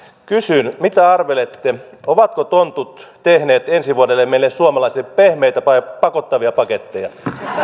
kysyn mitä arvelette ovatko tontut tehneet ensi vuodelle meille suomalaisille pehmeitä vai pakottavia paketteja